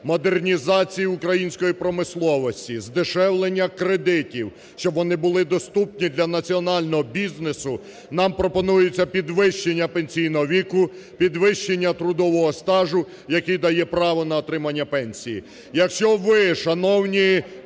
модернізації української промисловості, здешевлення кредитів, щоб вони були доступні для національного бізнесу, нам пропонується підвищення пенсійного віку, підвищення трудового стажу, який дає право на отримання пенсії.